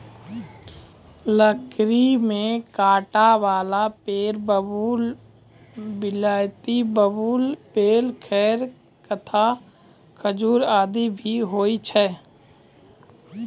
लकड़ी में कांटा वाला पेड़ बबूल, बिलायती बबूल, बेल, खैर, कत्था, खजूर आदि भी होय छै